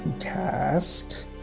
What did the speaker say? cast